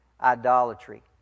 idolatry